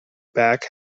back